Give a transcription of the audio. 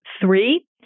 Three